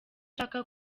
ashaka